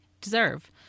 Deserve